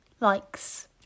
likes